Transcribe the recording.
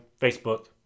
facebook